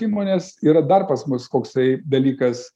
įmonės yra dar pas mus koksai dalykas